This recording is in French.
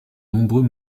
nombreux